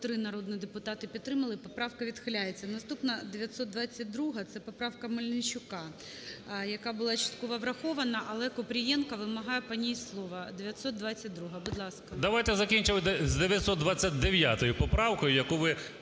Давайте закінчимо з 929 поправкою, яку ви